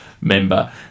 member